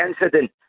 incident